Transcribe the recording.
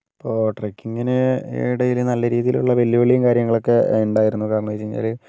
ഇപ്പോൾ ട്രക്കിങ്ങിന് ഇടയിൽ നല്ല രീതിയിലുള്ള വെല്ലുവിളിയും കാര്യങ്ങളൊക്കേ ഉണ്ടായിരുന്നു കാരണം എന്ന് വെച്ചു കഴിഞ്ഞാൽ